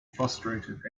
frustrated